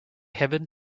heaven